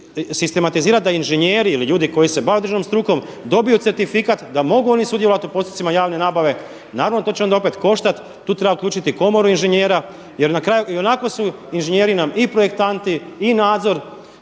da inženjeri ili ljudi koji se bave državnom strukom dobiju certifikat da mogu oni sudjelovati u postupcima javne nabave, naravno to će onda opet koštati, tu treba uključiti Komoru inženjera jer i onako su inženjeri nam i projektanti i nadzor